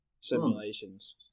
simulations